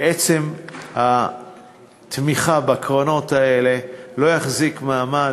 בעצם התמיכה בקרנות האלה לא תחזיק מעמד.